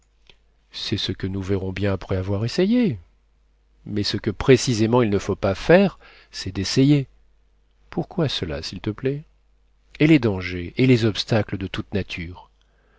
c'est ce que nous verrons bien après avoir essayé mais ce que précisément il ne faut pas faire c'est d'essayer pourquoi cela s'il te plaît et les dangers et les obstacles de toute nature